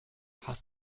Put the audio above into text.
hast